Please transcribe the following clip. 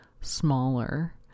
smaller